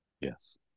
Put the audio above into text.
Yes